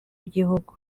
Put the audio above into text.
igihugu